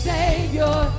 Savior